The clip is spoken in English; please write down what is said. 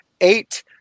eight